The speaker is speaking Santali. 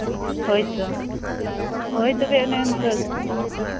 ᱦᱳᱭ ᱛᱚ ᱦᱳᱭ ᱛᱚᱵᱮ ᱚᱱᱮ ᱤᱱᱠᱟᱹ